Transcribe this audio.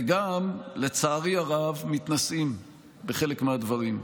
וגם, לצערי הרב, מתנשאים בחלק מהדברים,